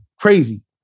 crazy